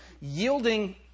yielding